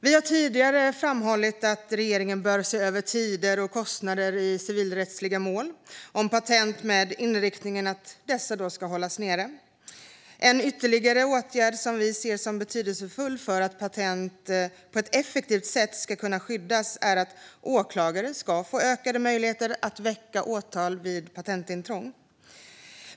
Vi har tidigare framhållit att regeringen bör se över tider och kostnader i civilrättsliga mål om patent med inriktningen att dessa ska hållas nere. En ytterligare åtgärd som vi ser som betydelsefull för att patent på ett effektivt sätt ska kunna skyddas är att åklagare ska få ökade möjligheter att väcka åtal vid patentintrång.